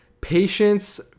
patience